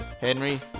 Henry